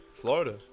Florida